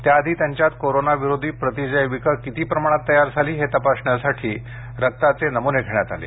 त्या आधी त्यांच्यात कोरोना विरोधी प्रतीजैविकं किती प्रमाणात तयार झाली हे तपासण्यासाठी रक्ताचे नमुने घेण्यात आले